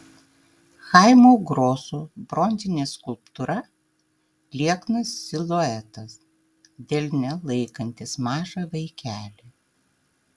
chaimo groso bronzinė skulptūra lieknas siluetas delne laikantis mažą vaikelį